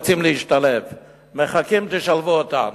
שרוצים להשתלב ומחכים שתשלבו אותם.